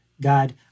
God